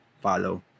follow